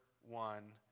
one